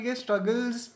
struggles